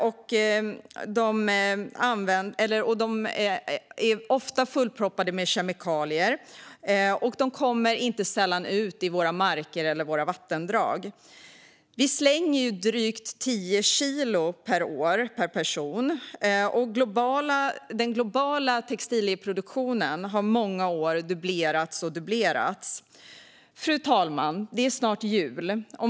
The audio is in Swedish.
Ofta är de fullproppade med kemikalier, som inte sällan kommer ut i våra marker och vattendrag. Vi konsumerar drygt 10 kilo per person och år. Den globala textilproduktionen har under många år dubblerats år efter år. Fru talman! Det är snart jul.